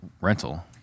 rental